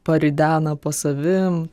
paridena po savim